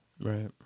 Right